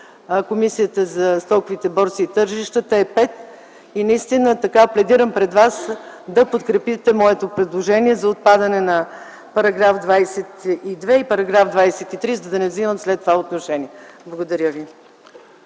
Комисията за стоковите борси и тържищата е 5 и наистина пледирам пред вас да подкрепите моето предложение за отпадане на § 22 и § 23, за да не вземам след това отношение. Благодаря ви.